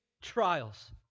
Trials